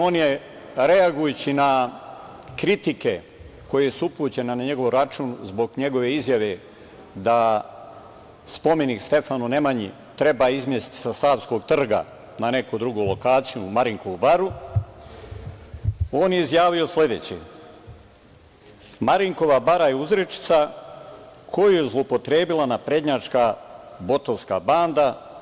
On je reagujući na kritike koje su upućene na njegov račun zbog njegove izjave da spomenik Stefanu Nemanji treba izmestiti sa Savskog trga na neku drugu lokaciju u Marinkovu baru, on je izjavio sledeće: „Marinkova bara je uzrečica koju je zloupotrebila naprednjačka botovska banda.